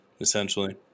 essentially